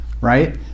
Right